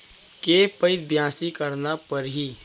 के पइत बियासी करना परहि?